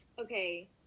okay